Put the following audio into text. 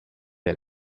del